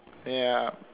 ya